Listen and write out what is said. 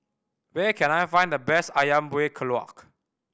where can I find the best Ayam Buah Keluak